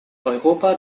europa